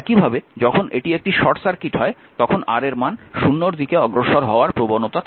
একইভাবে যখন এটি একটি শর্ট সার্কিট হয় তখন R এর মান 0 এর দিকে অগ্রসর হওয়ার প্রবণতা থাকে